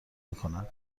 میکند